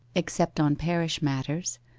except on parish matters,